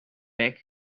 back